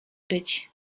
być